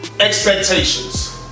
expectations